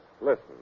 listen